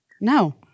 No